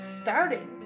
starting